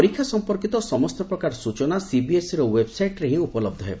ପରୀକ୍ଷା ସମ୍ପର୍କୀତ ସମସ୍ତ ପ୍ରକାର ସୂଚନା ସିବିଏସ୍ଇର ଓ୍ପେବ୍ସାଇଟ୍ରେ ହିଁ ଉପଲବ୍ଧ ହେବ